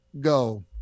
go